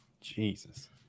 Jesus